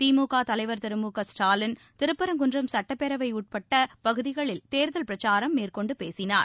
திமுக தலைவர் திரு மு க ஸ்டாலின் திருப்பரங்குன்றம் சட்டப்பேரவைக்கு உட்பட்ட பகுதிகளில ் தேர்தல் பிரச்சாரம் மேற்கொண்டு பேசினார்